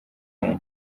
yine